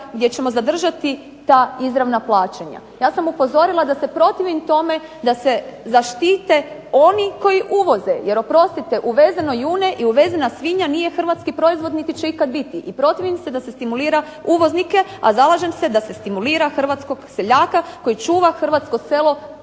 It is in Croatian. gdje ćemo zadržati ta izravna plaćanja. Ja sam upozorila da se protivim tome da se zaštite oni koji uvoze. Jer oprostite uvezeno june i uvezena svinja nije hrvatski proizvod niti će ikada biti. I protivim se da se stimulira uvoznike, a zalažem se da se stimulira hrvatskog seljaka koji čuva hrvatsko selo,